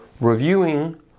reviewing